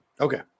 Okay